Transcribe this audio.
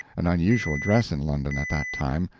an unusual dress in london at that time,